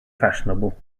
fashionable